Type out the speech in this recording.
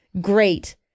great